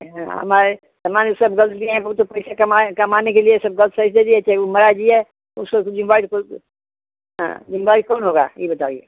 हाँ हमारे सामान सब ग़लत दिए है वह तो पैसे कमाए कमाने के लिए सब ग़लत से दिए थे वह मरे जिए उसको तो बीमारी हो गई हाँ ज़िम्मेदार कौन होगा यह बताइए